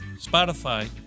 Spotify